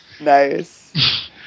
Nice